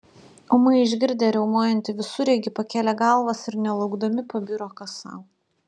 ūmai išgirdę riaumojantį visureigį pakėlė galvas ir nelaukdami pabiro kas sau